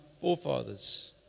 forefathers